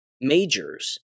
majors